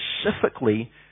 specifically